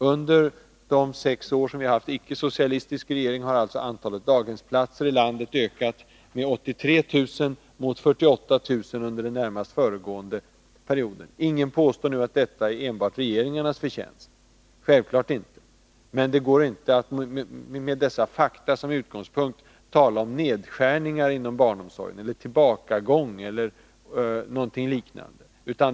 Under de sex år som vi haft icke-socialistiska regeringar har alltså antalet daghemsplatser i landet ökat med 83 000 mot 48 000 under den närmast föregående sexårsperioden. Ingen påstår att detta är enbart regeringarnas förtjänst — självfallet inte. Men det går inte att med dessa fakta som utgångspunkt tala om nedskärningar inom barnomsorgen, en tillbakagång, eller någonting liknande.